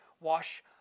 wash